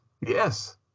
Yes